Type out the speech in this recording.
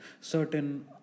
certain